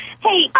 Hey